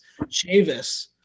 Chavis